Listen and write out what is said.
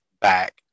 back